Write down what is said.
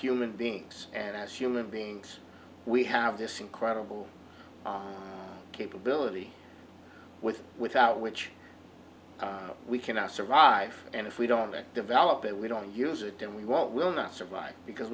human beings and as human beings we have this incredible capability with without which we cannot survive and if we don't develop it we don't use it and we won't will not survive because